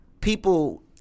people